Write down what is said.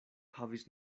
havis